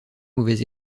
mauvais